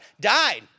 died